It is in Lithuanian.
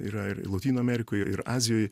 yra ir lotynų amerikoj ir azijoj